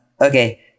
Okay